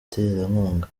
abaterankunga